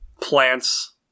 plants